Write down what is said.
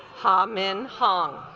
tom in hong